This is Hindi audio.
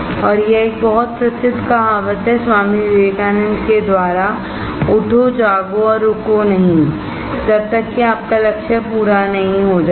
और यह एक बहुत प्रसिद्ध कहावत है स्वामी विवेकानंद के द्वारा उठो जागो और रुको नहीं Arise Awake और Stop Not जब तक कि आपका लक्ष्य पूरा नहीं हो जाता